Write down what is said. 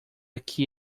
que